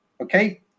okay